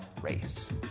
race